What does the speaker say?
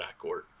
backcourt